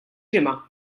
ġimgħa